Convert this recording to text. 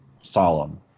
solemn